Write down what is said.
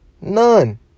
None